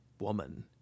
woman